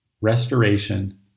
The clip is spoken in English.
Restoration